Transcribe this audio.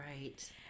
Right